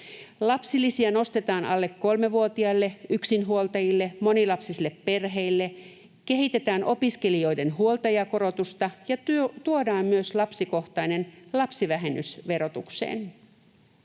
Lapsilisiä nostetaan alle kolmevuotiaille, yksinhuoltajille ja monilapsisille perheille, kehitetään opiskelijoiden huoltajakorotusta ja tuodaan myös lapsikohtainen lapsivähennys verotukseen.